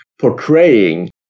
portraying